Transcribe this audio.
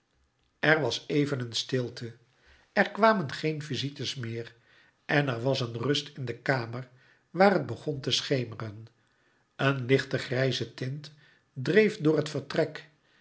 er was even een stilte er kwamen geen visites meer en er was een rust in de kamer waar het begon te schemeren een lichte grijze tint dreef door het vertrek